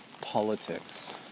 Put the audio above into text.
politics